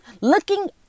Looking